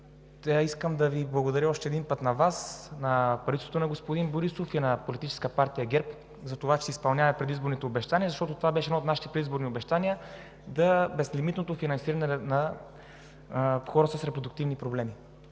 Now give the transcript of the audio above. Искам да Ви благодаря още един път на Вас, на правителството на господин Борисов и на Политическа партия ГЕРБ за това, че си изпълняват предизборните обещания. Защото това беше едно от нашите предизборни обещания – безлимитното финансиране на хора с репродуктивни проблеми.